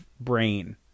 brain